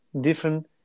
different